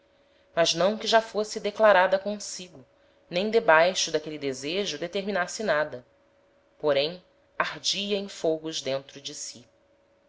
mas não que já fosse declarada consigo nem debaixo d'aquele desejo determinasse nada porém ardia em fogos de dentro de si